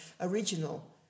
original